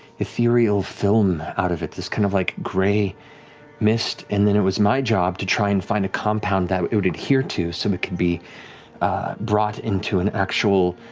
ethereal film out of it, this kind of like gray mist. and then it was my job to try and find a compound that it would adhere to so it could be brought into an actual